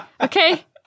Okay